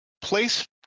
place